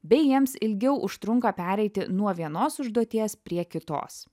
bei jiems ilgiau užtrunka pereiti nuo vienos užduoties prie kitos